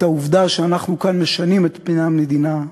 העובדה שאנחנו כאן משנים את פני המדינה,